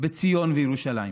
בציון וירושלים.